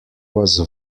was